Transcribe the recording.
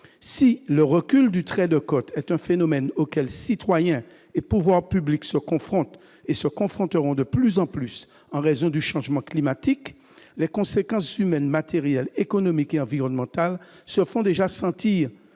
si le recul du trait de côte est un phénomène auquel citoyens et pouvoirs publics se confrontent et se confronteront de plus en plus en raison du changement climatique, les conséquences humaines, matérielles, économiques et environnementales se font déjà sentir.